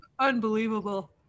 unbelievable